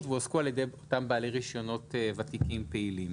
והועסקו על ידי אותם בעלי רישיונות ותיקים פעילים.